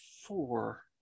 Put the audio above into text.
four